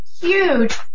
huge